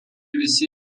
visi